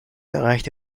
erreichte